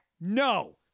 no